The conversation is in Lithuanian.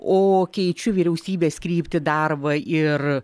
o keičiu vyriausybės kryptį darbą ir